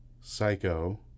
Psycho